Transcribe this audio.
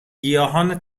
گیاهان